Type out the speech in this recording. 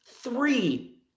Three